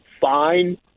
fine